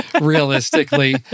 realistically